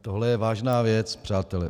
Toto je vážná věc, přátelé.